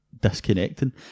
disconnecting